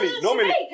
normally